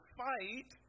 fight